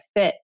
fit